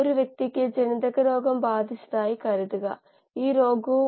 അവ സ്വയം ഉൽപ്പന്നങ്ങളാകാം